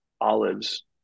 olives